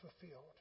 fulfilled